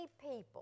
people